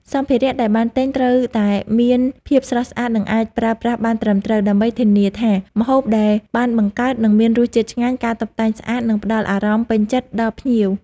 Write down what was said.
សំភារៈដែលបានទិញត្រូវតែមានភាពស្រស់ស្អាត និងអាចប្រើប្រាស់បានត្រឹមត្រូវ ដើម្បីធានាថាម្ហូបដែលបានបង្កើតនឹងមានរសជាតិឆ្ងាញ់ ការតុបតែងស្អាត និងផ្តល់អារម្មណ៍ពេញចិត្តដល់ភ្ញៀវ។